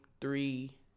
three